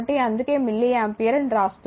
కాబట్టి అందుకే milli ampere అని రాస్తున్నారు